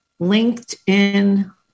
LinkedIn